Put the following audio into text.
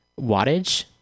wattage